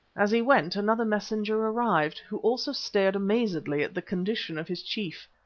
as he went another messenger arrived, who also stared amazedly at the condition of his chief.